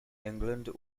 england